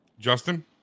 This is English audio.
Justin